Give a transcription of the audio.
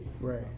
Right